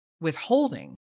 withholding